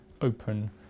open